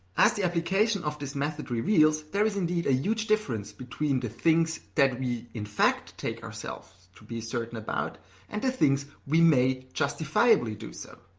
as the application of this method reveals, there is indeed a huge difference between the things that we in fact take ourselves to be certain about and the things we may justifiably do so.